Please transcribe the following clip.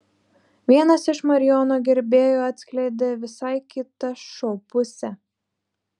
vienas iš marijono gerbėjų atskleidė visai kitą šou pusę